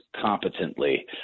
competently